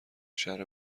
شهر